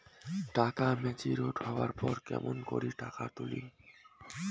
টাকা ম্যাচিওরড হবার পর কেমন করি টাকাটা তুলিম?